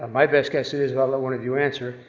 my best guess is, but i'll let one of you answer.